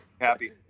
happy